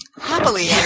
Happily